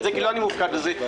פה לא ביקשנו חודשים ושנים.